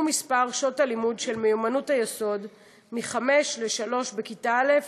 מספר שעות הלימוד של מיומנויות היסוד מחמש לשלוש בכיתה א',